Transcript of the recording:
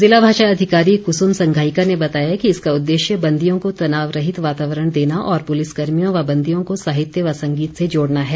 ज़िला भाषा अधिकारी कुसुम संघायिका ने बताया कि इसका उद्देश्य बंदियों को तनाव रहित वातावरण देना और पुलिस कर्मियों व बंदियों को साहित्य व संगीत से जोड़ना है